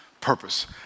purpose